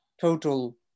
total